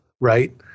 right